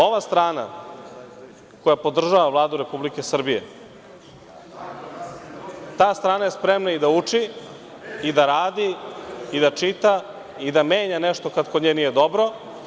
Ova strana koja podržava Vladu Republike Srbije, ta strana je spremna i da uči i da radi i da čita i da menja nešto kad kod nje nije dobro.